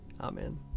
Amen